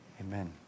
Amen